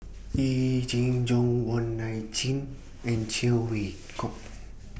Yee Jenn Jong Wong Nai Chin and Cheng Wai Keung